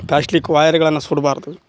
plastic ವಯರ್ಗಳನ್ನ ಸುಡಬಾರ್ದು